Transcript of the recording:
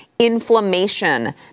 inflammation